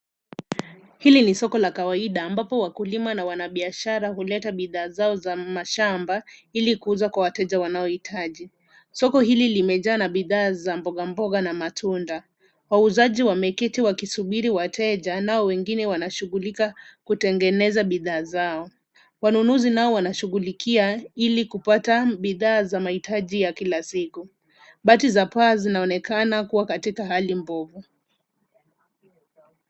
Hili ni soko la kawaida ambapo wakulima na wanabiashara huleta bidhaa zao za mashamba, ili kuuza kwa wateja wanaohitaji. Soko hili limejaa na bidhaa za mbogamboga na matunda. Wauzaji wameketi wakisubiri wateja nao wengine wanashughulika kutengeneza bidhaa zao. Wanunuzi nao wanashughulikia ili kupata bidhaa za mahitaji ya kila siku. Bati za paa zinaonekana kuwa katika hali mbovu.